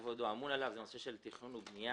כבודו, אמון עליו, הוא נושא התכנון והבנייה.